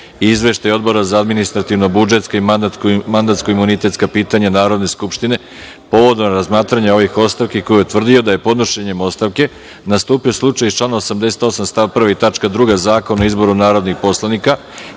izveštaj Odbora za administrativno-budžetska i mandatno-imunitetska pitanja Narodne skupštine povodom razmatranja ovih ostavki, koji je utvrdio da je podnošenjem ostavke nastupio slučaj iz člana 88. stav 1. tačka 2) Zakona o izboru narodnih poslanika